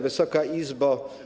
Wysoka Izbo!